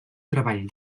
treball